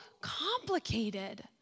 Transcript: complicated